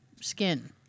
skin